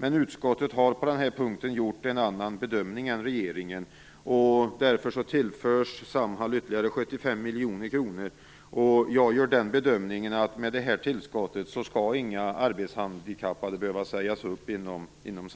Men utskottet har på denna punkt gjort en annan bedömning än regeringen, och därför tillförs Samhall ytterligare 75 miljoner kronor. Jag bedömer att inga arbetshandikappade skall behöva sägas upp inom Samhall med